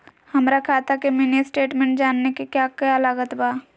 हमरा खाता के मिनी स्टेटमेंट जानने के क्या क्या लागत बा?